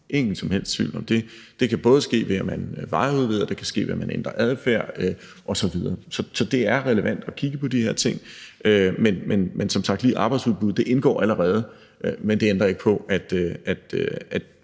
ingen som helst tvivl om det. Det kan både ske, ved at man vejudvider, og ved at man ændrer adfærd osv. Så det er relevant at kigge på de her ting. Som sagt indgår arbejdsudbud allerede, men det ændrer ikke på, at